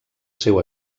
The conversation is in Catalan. seu